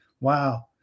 Wow